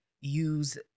use